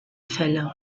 fälle